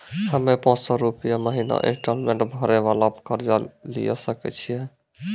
हम्मय पांच सौ रुपिया महीना इंस्टॉलमेंट भरे वाला कर्जा लिये सकय छियै?